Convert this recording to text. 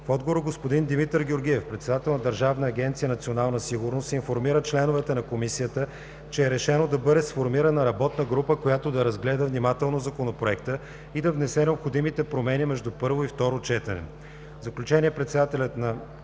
В отговор господин Димитър Георгиев – председател на Държавна агенция „Държавна сигурност“, информира членовете на Комисията, че е решено да бъде сформирана работна група, която да разгледа внимателно Законопроекта и да внесе необходимите промени между първо и второ четене. В заключение председателят на